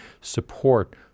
support